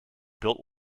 built